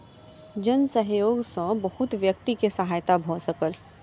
जन सहयोग सॅ बहुत व्यक्ति के सहायता भ सकल